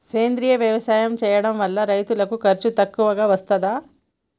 సేంద్రీయ వ్యవసాయం చేయడం వల్ల రైతులకు ఖర్చు తక్కువగా వస్తదా?